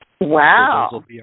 Wow